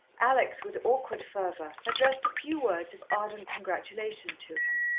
alex, with awkward fervour, addressed a few words of ardent congratulation to him.